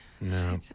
No